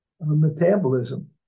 metabolism